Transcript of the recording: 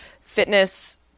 fitness